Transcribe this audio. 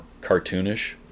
cartoonish